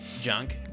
junk